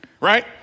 Right